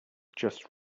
just